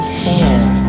hand